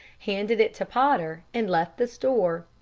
handed it to potter, and left the store.